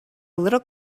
little